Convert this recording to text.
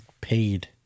Paid